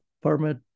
permit